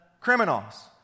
criminals